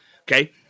okay